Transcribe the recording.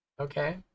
Okay